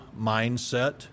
mindset